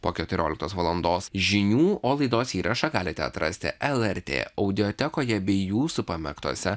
po keturioliktos valandos žinių o laidos įrašą galite atrasti lrt audiotekoje bei jūsų pamėgtose